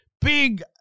big